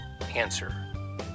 Answer